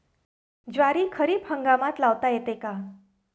ज्वारी खरीप हंगामात लावता येते का?